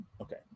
Okay